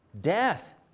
death